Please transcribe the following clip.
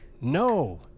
no